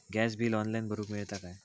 Gas bill online भरुक मिळता काय?